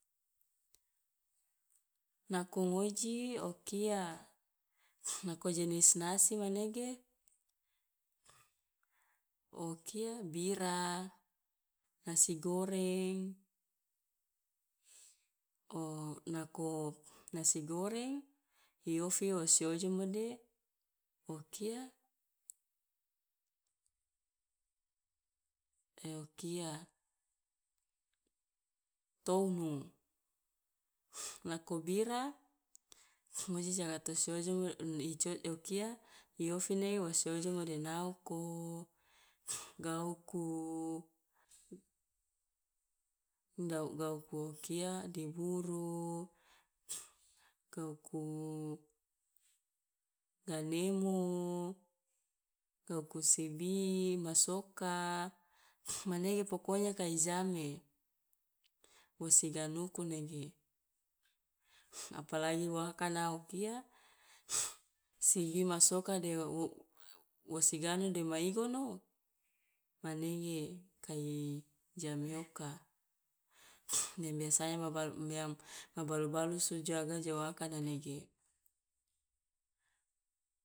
Nako ngoji o kia nako jenis nasi manege o kia bira, nasi goreng,. nako nasi goreng i ofi wo si ojomo de o kia o kia tounu, nako bira ngoji jaga to si ojomo o kia i ofi ne wo si ojomo de naoko, gauku, dau gauku o kia diburu, gauku ganemo, gauku sibi masoka manege pokonya kai jame, wo siganuku nege apalagi wo akana o kia sibi ma soka de wo u wo siganu dema igono manege kai jame oka de biasanya ma balu mia ma balu balusu jaga jo akana nege.